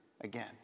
again